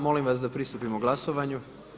Molim vas da pristupimo glasovanju.